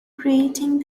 creating